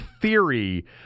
theory